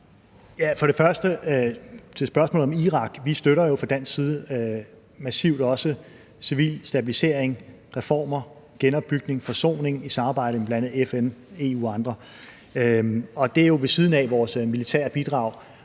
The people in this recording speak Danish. til spørgsmålet om Irak: Vi støtter jo fra dansk side også massivt civil stabilisering, reformer, genopbygning, forsoning i samarbejde med bl.a. FN, EU og andre, og det er jo ved siden af vores militære bidrag.